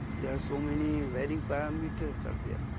there are so many varying parameters are there,